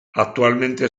actualmente